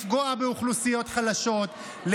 לפגוע באוכלוסיות חלשות,